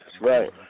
right